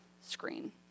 screen